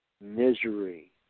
misery